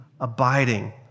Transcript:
abiding